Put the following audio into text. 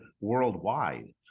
worldwide